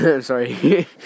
sorry